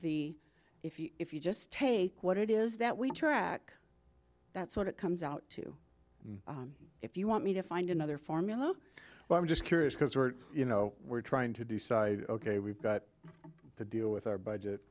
the if you if you just take what it is that we track that's what it comes out to if you want me to find another formula but i'm just curious because we're you know we're trying to decide ok we've got to deal with our budget